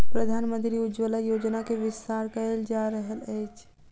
प्रधानमंत्री उज्ज्वला योजना के विस्तार कयल जा रहल अछि